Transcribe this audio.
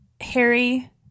Harry